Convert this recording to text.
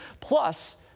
Plus